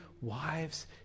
wives